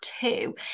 two